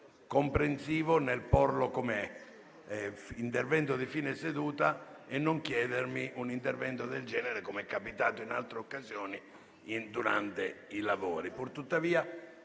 comprensivo nel proporlo come intervento di fine seduta e non chiedermi di svolgere un intervento del genere, com'è capitato in altre occasioni, durante i lavori. Purtuttavia,